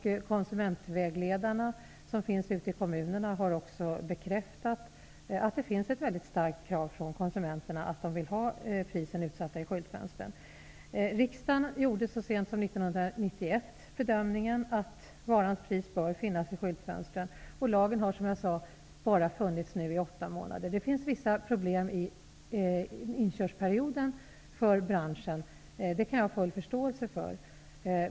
Konsumentvägledarna ute i kommunerna har också bekräftat att det finns ett väldigt starkt krav från konsumenterna på att priserna skall sättas ut i skyltfönstren. Riksdagen gjorde så sent som 1991 bedömningen att varans pris bör finnas i skyltfönstren. Lagen har, som jag sade, bara funnits i åtta månader. Det finns vissa problem i inkörningsperioden i branschen. Det kan jag ha full förståelse för.